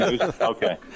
Okay